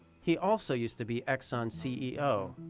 he also used to be exxon's ceo.